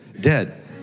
dead